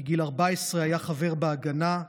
מגיל 14 היה חבר בהגנה,